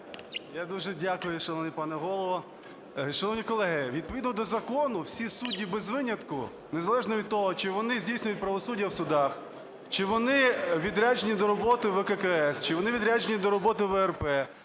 Я дуже дякую, шановний пане Голово. Шановні колеги, відповідно до закону всі судді без винятку, незалежно від того, чи вони здійснюють правосуддя в судах, чи вони відряджені до роботи ВККС, чи вони відряджені до роботи у ВРП,